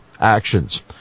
actions